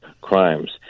crimes